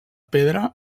pedra